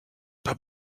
pas